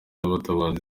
y’abatabazi